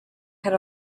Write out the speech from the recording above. had